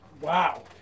Wow